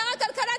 שר הכלכלה,